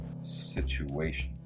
situation